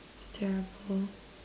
it's terrible